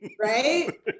right